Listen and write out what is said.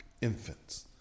infants